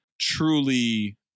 truly